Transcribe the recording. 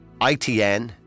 ITN